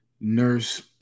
Nurse –